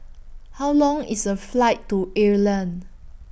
How Long IS The Flight to Ireland